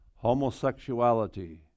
homosexuality